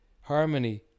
harmony